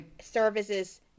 services